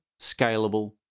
scalable